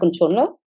controller